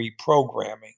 reprogramming